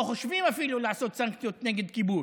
לא חושבים אפילו לעשות סנקציות נגד כיבוש.